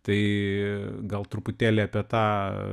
tai gal truputėlį apie tą